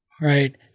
right